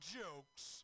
jokes